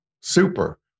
super